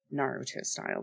Naruto-style